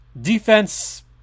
Defense